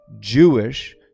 Jewish